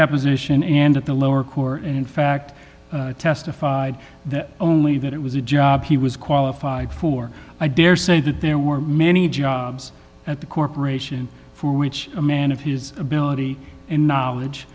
deposition and at the lower court and in fact testified that only that it was a job he was qualified for i dare say that there were many jobs at the corporation for which a man of his ability and knowledge